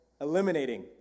eliminating